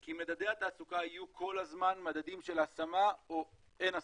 כי מדדי התעסוקה היו כל הזמן מדדים של השמה או אין השמה,